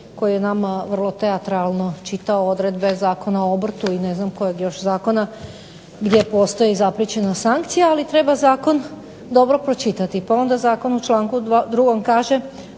koji je nama vrlo teatralno čitao odredbe Zakona o obrtu i ne znam kojeg još zakona gdje postoji zapriječenost sankcija, ali treba zakon dobro pročitati. Pa onda zakon u članku 2. kaže: